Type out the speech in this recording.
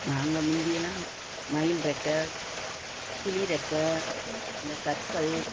நாங்கள் மீந்தியெல்லாம் மயில் றெக்கை கிளி றெக்கை இந்த கற்கள்